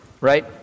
right